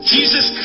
Jesus